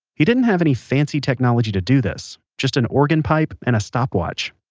he didn't have any fancy technology to do this just an organ pipe and a stopwatch